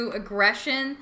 aggression